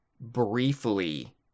briefly